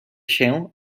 się